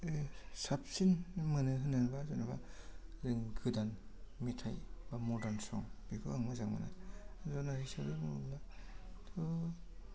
साबसिन मोनो होनोब्ला जेनेबा जों गोदान मेथाइबा मडार्न सं बेखौ आं मोजां मोनो जनरा हिसाबै बुङोब्लाथ'